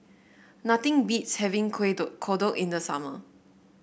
nothing beats having kueh dok kodok in the summer